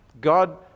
God